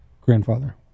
grandfather